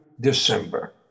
December